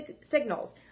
signals